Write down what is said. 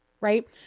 right